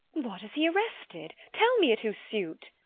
what, is he arrested? tell me, at whose suit?